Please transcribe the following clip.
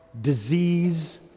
disease